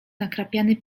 nakrapiany